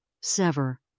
Sever